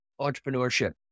entrepreneurship